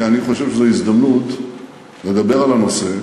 כי אני חושב שזו הזדמנות לדבר על הנושא,